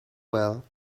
well